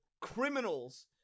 criminals